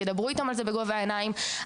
ידברו על זה איתם בגובה העיניים,